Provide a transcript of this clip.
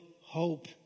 hope